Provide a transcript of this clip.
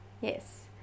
Yes